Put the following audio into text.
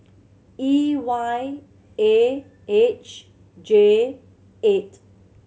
E Y A H J eight